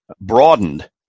broadened